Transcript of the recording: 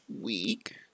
week